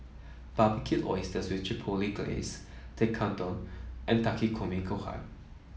Barbecued Oysters with Chipotle Glaze Tekkadon and Takikomi Gohan